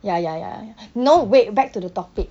ya ya ya ya no wait back to the topic